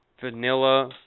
vanilla